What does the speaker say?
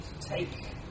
take